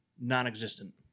non-existent